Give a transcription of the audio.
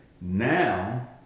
Now